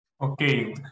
Okay